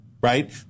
right